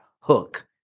hook